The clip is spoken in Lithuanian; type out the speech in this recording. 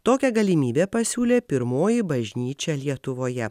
tokią galimybę pasiūlė pirmoji bažnyčia lietuvoje